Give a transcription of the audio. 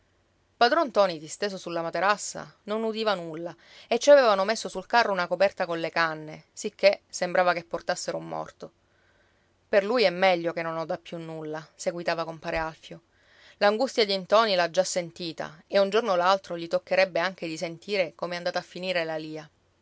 padron ntoni disteso sulla materassa non udiva nulla e ci avevano messo sul carro una coperta colle canne sicché sembrava che portassero un morto per lui è meglio che non oda più nulla seguitava compare alfio l'angustia di ntoni già l'ha sentita e un giorno o l'altro gli toccherebbe anche di sentire come è andata a finire la lia